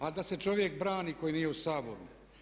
A da se čovjek brani koji nije u Saboru.